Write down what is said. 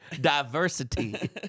Diversity